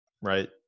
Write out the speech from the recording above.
right